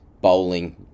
bowling